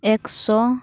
ᱮᱠᱥᱚ